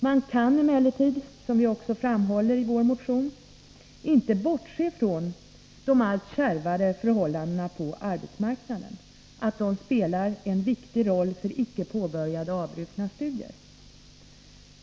Man kan emellertid, som vi också framhåller i vår motion, inte bortse från att också de allt kärvare förhållandena på arbetsmarknaden spelar en viktig roll i samband med icke påbörjade och avbrutna studier.